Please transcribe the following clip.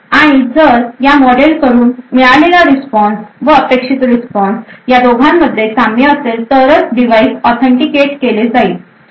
आणि जर या मॉडेलकडून मिळालेला रिस्पॉन्स व अपेक्षित रिस्पॉन्स या दोघांमध्ये साम्य असेल तरच डिव्हाइस ऑथेंटिकेट केले जाईल